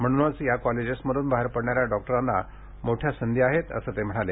म्हणूनच या कॉलेजमधून बाहेर पडणाऱ्या डॉक्टरांना मोठया संधी आहेत असंही ते म्हणाले